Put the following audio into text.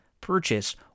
purchase